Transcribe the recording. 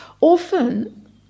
Often